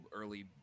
early